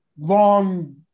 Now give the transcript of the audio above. long